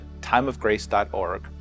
timeofgrace.org